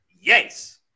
Yes